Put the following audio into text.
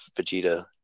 Vegeta